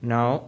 Now